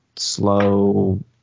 slow